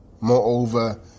Moreover